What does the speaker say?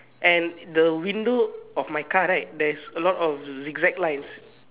and the window of my car right there's a lot of zig-zag lines